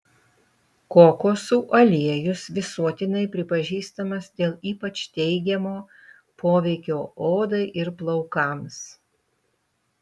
kokosų aliejus visuotinai pripažįstamas dėl ypač teigiamo poveikio odai ir plaukams